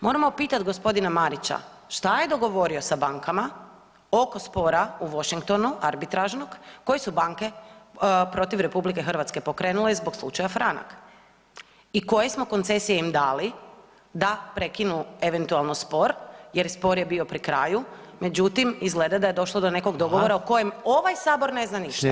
Moramo pitati g. Marića šta je dogovorio sa bankama oko spora u Washingtonu arbitražnog koje su banke protiv RH pokrenule zbog slučaja „Franak“ i koje smo koncesije im dali da prekinu eventualno spor jer spor je bio pri kraju, međutim, izgleda da je došlo do nekog dogovora o kojem [[Upadica: Hvala.]] ovaj Sabor ne zna ništa.